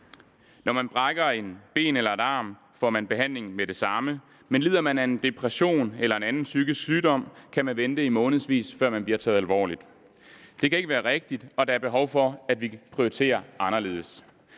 Når man brækker et ben eller en arm, får man behandling med det samme, men lider man af en depression eller en anden psykisk sygdom, kan man vente i månedsvis, før man bliver taget alvorligt. Det kan ikke være rigtigt, og der er behov for at vi prioriterer anderledes.